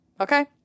Okay